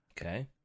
Okay